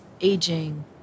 aging